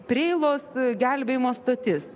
preilos gelbėjimo stotis